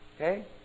Okay